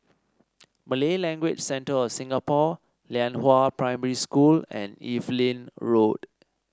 Malay Language Centre of Singapore Lianhua Primary School and Evelyn Road